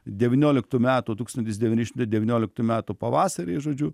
devynioliktų metų tūkstantis devyni šimtai devynioliktų metų pavasarį žodžiu